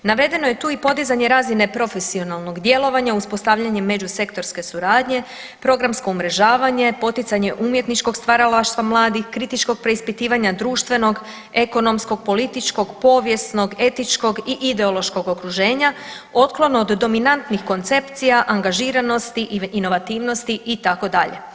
Navedeno je tu i podizanje razine profesionalnog djelovanja, uspostavljanje međusektorske suradnje, programsko umrežavanje, poticanje umjetničkog stvaralaštva mladih, kritičkog preispitivanja, društvenog, ekonomskog, političkog, povijesnog, etičkog i ideološkog okruženja, otklon od dominantnih koncepcija angažiranosti i inovativnosti itd.